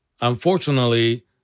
unfortunately